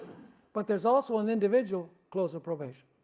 but there is also an individual close of probation.